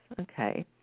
Okay